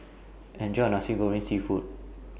Enjoy your Nasi Goreng Seafood